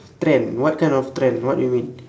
trend what kind of trend what you mean